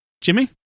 jimmy